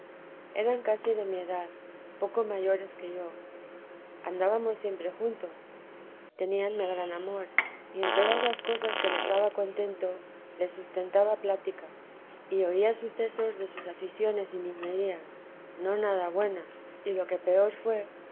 eran casi de mi edad poco mayores que yo andábamos siempre juntos teníanme gran amor y en todas las cosas que les daba contento les sustentaba plática y oía sucesos de sus aficiones y niñerías no nada buenas y lo que peor fué